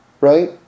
right